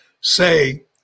say